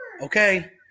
Okay